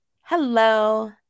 Hello